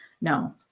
no